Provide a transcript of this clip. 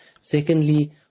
secondly